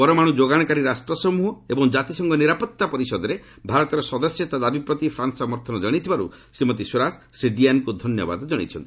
ପରମାଣୁ ଯୋଗାଣକାରୀ ରାଷ୍ଟ୍ର ସମ୍ବହ ଏବଂ କାତିସଂଘ ନିରାପତ୍ତା ପରିଷଦରେ ଭାରତର ସଦସ୍ୟତା ଦାବି ପ୍ରତି ଫ୍ରାନ୍ସ ସମର୍ଥନ କଣାଇଥିବାରୁ ଶ୍ରୀମତୀ ସ୍ୱରାଜ ଶ୍ରୀ ଡ୍ରିୟାନ୍ଙ୍କୁ ଧନ୍ୟବାଦ କ୍ଷାଇଛନ୍ତି